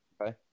okay